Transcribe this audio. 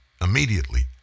immediately